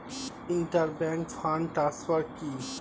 Inter bank fund transfer কি?